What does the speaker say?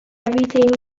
everything